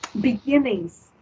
beginnings